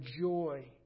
joy